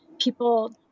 People